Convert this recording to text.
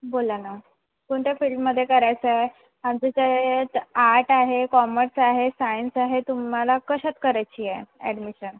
बोला ना कोणत्या फील्डमध्ये करायचं आहे आमचं ते आर्ट आहे कॉमर्स आहे सायन्स आहे तुम्हाला कशात करायची आहे ॲडमिशन